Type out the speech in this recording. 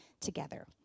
together